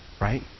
Right